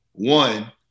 One